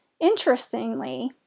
Interestingly